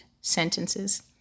sentences